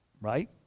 right